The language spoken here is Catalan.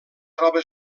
troba